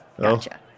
Gotcha